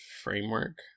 framework